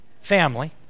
family